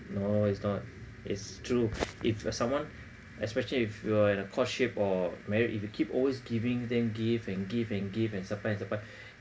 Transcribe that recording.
no it's not it's true if someone especially if you are at a courtship or married if you keep always giving them gift and give and give and surprise surprise